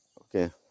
okay